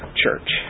church